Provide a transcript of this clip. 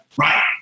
right